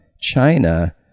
China